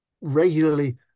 regularly